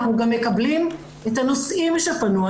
אנחנו גם מקבלים את הנושאים שפנו.